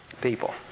people